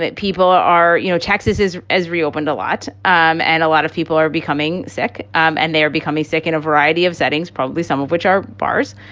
but people are you know, texas is as reopened a lot um and a lot of people are becoming sick um and they're becoming sick in a variety of settings, probably some of which are bars.